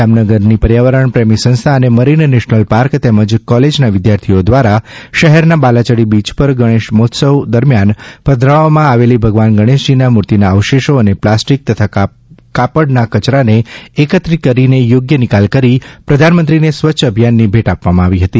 જામનગરની પર્યાવરણ પ્રેમી સંસ્થા અને મરીન નેશનલ પાર્ક તેમજ કોલેજ ના વિધ્યાર્થીઓ દ્વારા શહેર ના બાલાયડી બીય પર ગણેશ મહોત્સવ દરમિયાન પધરાવમાં આવેલી ભગવાન ગણેશજી ના મૂર્તિના અવશેષો અને પ્લાસ્ટિક તથા કાપડ ના કયરા ને એકત્રિત કરી યોગ્ય નિકાલ કરી પ્રધાનમંત્રીને સ્વચ્છ અભિયાન ની ભેટ આપવામાં આવી હતી